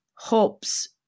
hopes